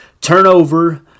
turnover